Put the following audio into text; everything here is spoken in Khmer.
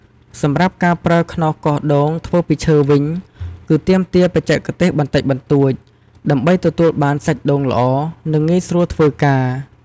សម្រាប់ការប្រើខ្នោសកោសដូងធ្វើពីឈើវិញគឺទាមទារបច្ចេកទេសបន្តិចបន្តួច ដើម្បីទទួលបានសាច់ដូងល្អ និងងាយស្រួលធ្វើការ។